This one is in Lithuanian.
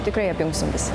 tikrai apie jausmus